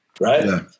right